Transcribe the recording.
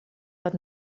but